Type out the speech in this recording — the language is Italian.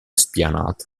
spianata